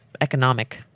economic